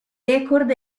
record